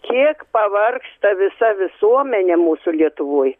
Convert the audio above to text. kiek pavargsta visa visuomenė mūsų lietuvoj